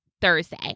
Thursday